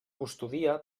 custodia